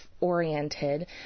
oriented